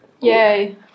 Yay